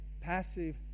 passive